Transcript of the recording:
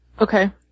Okay